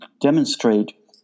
demonstrate